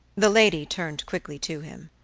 the lady turned quickly to him,